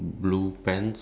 orange cap